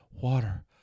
water